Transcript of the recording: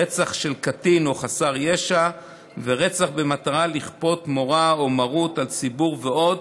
רצח של קטין או חסר ישע ורצח במטרה לכפות מורא או מרות על ציבור ועוד,